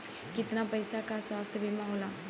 कितना पैसे का स्वास्थ्य बीमा होला?